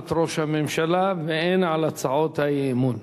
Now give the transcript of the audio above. הודעת ראש הממשלה והן על הצעות האי-אמון.